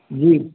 जी